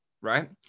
right